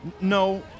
No